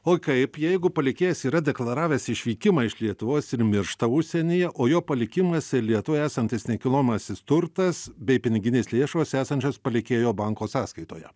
o kaip jeigu palikėjas yra deklaravęs išvykimą iš lietuvos ir miršta užsienyje o jo palikimas ir lietuvoje esantis nekilnojamasis turtas bei piniginės lėšos esančios palikėjo banko sąskaitoje